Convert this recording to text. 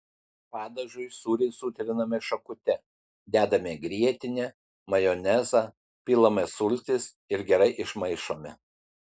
padažui sūrį sutriname šakute dedame grietinę majonezą pilame sultis ir gerai išmaišome